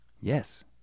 Yes